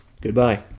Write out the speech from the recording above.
Goodbye